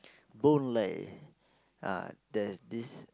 Boon-Lay ah there's this